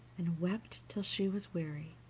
and wept till she was weary,